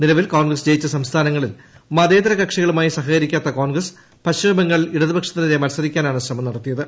നിലവിൽ കോൺഗ്രസ് ജയിച്ച സംസ്ഥാനങ്ങളിൽ മതേതര കക്ഷികളുമായി സഹകരിക്കാത്ത കോൺഗ്രസ് പശ്ചിമ ബംഗാളിൽ ഇടതുപക്ഷത്തിനെതിരെ മൽസരിക്കാനാണ് ശ്രമം നടത്തിയത്